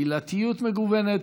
קהילתיות מגוונת,